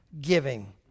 giving